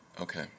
Okay